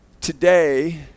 today